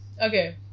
Okay